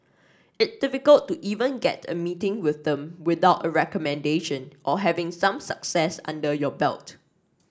it's difficult to even get a meeting with them without a recommendation or having some success under your belt